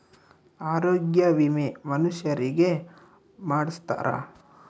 ಆರೊಗ್ಯ ವಿಮೆ ಮನುಷರಿಗೇ ಮಾಡ್ಸ್ತಾರ